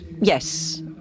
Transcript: Yes